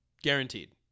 Guaranteed